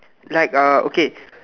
like uh okay